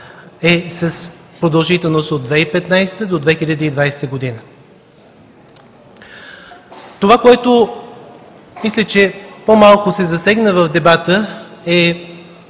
е с продължителност от 2015 г. до 2020 г. Това, което мисля, че по-малко се засегна в дебата, е